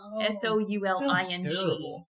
S-O-U-L-I-N-G